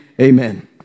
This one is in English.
Amen